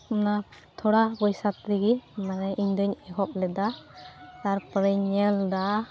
ᱚᱱᱟ ᱛᱷᱚᱲᱟ ᱯᱚᱭᱥᱟᱛᱮᱜᱮ ᱢᱟᱱᱮ ᱤᱧᱫᱚᱧ ᱮᱦᱚᱵᱞᱮᱫᱟ ᱛᱟᱨᱯᱚᱨᱮᱧ ᱧᱮᱞᱮᱫᱟ